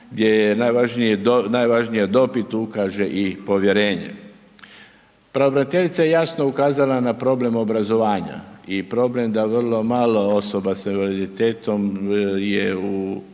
je najvažnija dob i tu ukaže povjerenje. Pravobraniteljica je jasno ukazala na problem obrazovanja i problem da vrlo malo osoba s invaliditetom je u